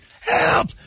help